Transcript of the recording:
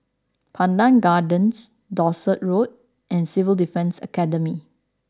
Pandan Gardens Dorset Road and Civil Defence Academy